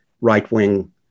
right-wing